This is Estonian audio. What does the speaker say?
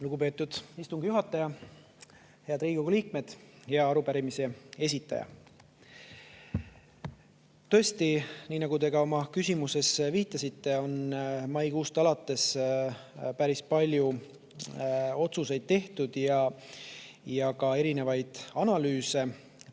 Lugupeetud istungi juhataja! Head Riigikogu liikmed! Hea arupärimise esitaja! Tõesti, nii nagu te oma küsimuses viitasite, on maikuust alates päris palju otsuseid tehtud ja ka erinevaid analüüse